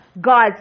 God's